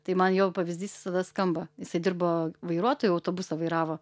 tai man jo pavyzdys visada skamba jisai dirbo vairuotoju autobusą vairavo